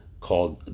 called